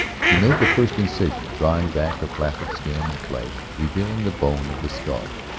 she made the first incision, drawing back the flap of skin and flesh, revealing the bone of the skull.